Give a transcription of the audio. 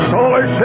Solar